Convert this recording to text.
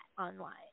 online